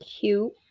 cute